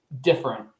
different